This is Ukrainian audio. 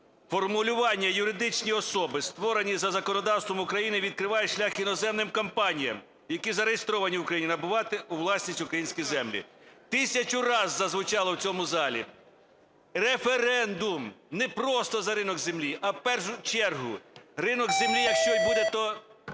Формулювання "юридичні особи, створені за законодавством України" відкриває шлях іноземним компаніям, які зареєстровані в Україні, набувати у власність українські землі. Тисячу раз зазвучало у цьому залі "референдум". Не просто за ринок землі, а в першу чергу ринок землі, якщо і буде, то